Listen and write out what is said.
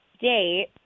date